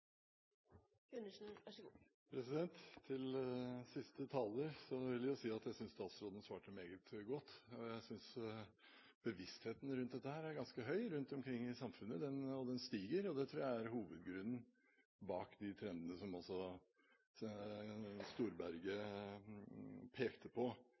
vil jeg si at jeg synes statsråden svarte meget godt. Jeg synes bevisstheten rundt dette er ganske høy rundt omkring i samfunnet, og den stiger. Det tror jeg er hovedgrunnen bak de trendene som også Storberget pekte på,